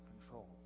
Control